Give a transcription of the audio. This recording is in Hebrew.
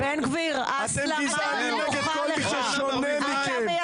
היא ממלכתית,